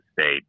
State